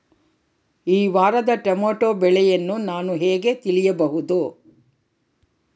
ಈ ವಾರದ ಟೊಮೆಟೊ ಬೆಲೆಯನ್ನು ನಾನು ಹೇಗೆ ತಿಳಿಯಬಹುದು?